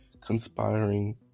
conspiring